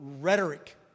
rhetoric